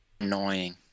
annoying